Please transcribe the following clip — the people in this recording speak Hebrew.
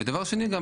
ודבר שני, גם